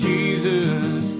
Jesus